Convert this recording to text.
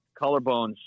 collarbones